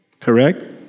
Correct